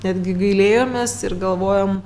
netgi gailėjomės ir galvojom